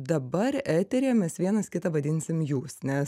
dabar eteryje mes vienas kitą vadinsim jūs nes